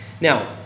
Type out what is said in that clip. Now